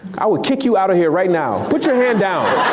i would kick you out of here right now. put your hand down.